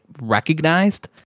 recognized